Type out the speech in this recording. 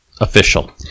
Official